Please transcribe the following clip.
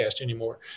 anymore